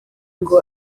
ngo